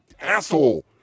asshole